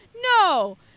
No